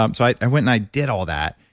um so, i i went and i did all that,